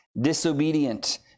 disobedient